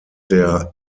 der